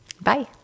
Bye